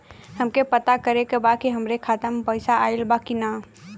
हमके पता करे के बा कि हमरे खाता में पैसा ऑइल बा कि ना?